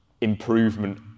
improvement